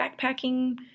backpacking